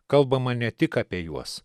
kalbama ne tik apie juos